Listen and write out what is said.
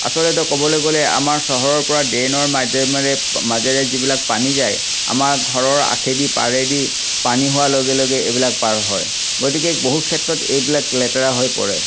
আচলতে ক'বলৈ গ'লে আমাৰ চহৰৰ পৰা ড্ৰেইনৰ মাজে মাজেৰে মাজেৰে যিবিলাক পানী যায় আমাৰ ঘৰৰ আশেদি পাৰেদি পানী হোৱাৰ লগে লগে এইবিলাক পাৰ হয় গতিকে বহুত ক্ষেত্ৰত এইবিলাক লেতেৰা হৈ পৰে